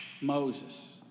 Moses